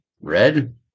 Red